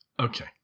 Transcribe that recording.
Okay